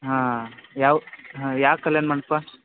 ಹಾಂ ಯಾವ ಹಾಂ ಯಾವ ಕಲ್ಯಾಣ ಮಂಟಪ